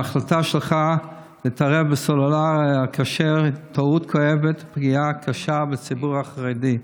ההחלטה שלך להתערב בסלולר הכשר היא טעות כואבת ופגיעה קשה בציבור החרדי.